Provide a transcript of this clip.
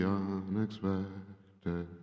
unexpected